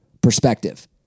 perspective